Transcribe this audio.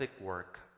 work